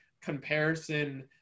comparison